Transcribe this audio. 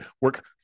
work